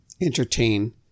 entertain